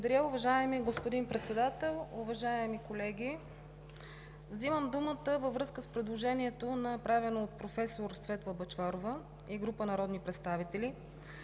Благодаря. Уважаеми господин Председател, уважаеми колеги! Взимам думата във връзка с предложението, направено от професор Светла Бъчварова и група народни представители